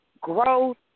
growth